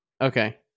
Okay